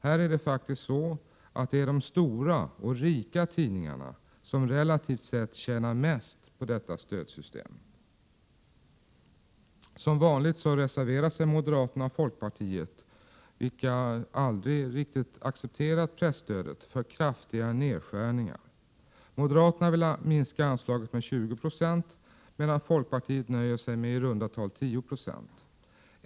Här är det faktiskt så att det är de stora och rika tidningarna som relativt sett tjänar mest på detta stödsystem. Som vanligt reserverar sig moderaterna och folkpartiet, vilka aldrig riktigt accepterat presstödet, för kraftiga nedskärningar. Moderaterna vill minska anslaget med 20 26, medan folkpartiet nöjer sig med i runda tal 10 96.